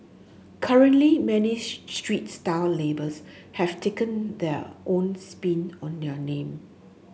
currently many street style labels have taken their own spin on their name